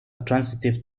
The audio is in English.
transitive